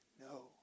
No